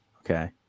Okay